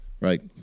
Right